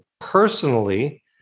personally